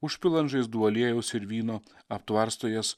užpila ant žaizdų aliejaus ir vyno aptvarsto jas